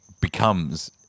becomes